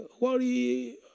Worry